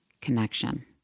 connection